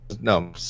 no